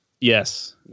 Yes